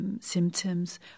symptoms